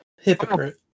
hypocrite